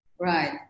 Right